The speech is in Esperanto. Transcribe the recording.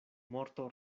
morto